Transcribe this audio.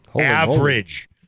Average